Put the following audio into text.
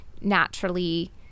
naturally